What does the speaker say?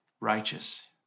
righteous